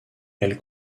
elle